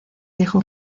dijo